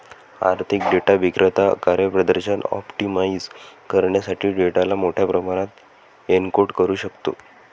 आर्थिक डेटा विक्रेता कार्यप्रदर्शन ऑप्टिमाइझ करण्यासाठी डेटाला मोठ्या प्रमाणात एन्कोड करू शकतो